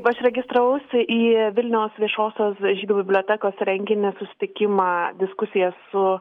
aš registravausi į vilniaus viešosios žydų bibliotekos renginį susitikimą diskusiją su